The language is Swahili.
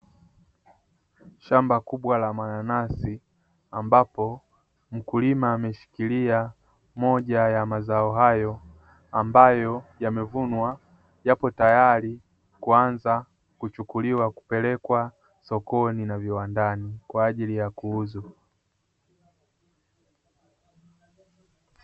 Shamba kubwa la mananasi, ambapo mkulima ameshikilia moja ya mazao hayo ambayo yamevunwa, yapo tayari kuanza kuchukuliwa kupelekwa sokoni na viwandani, kwa ajili ya kuuzwa.